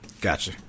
Gotcha